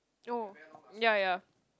oh ya ya